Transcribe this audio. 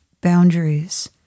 boundaries